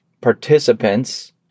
participants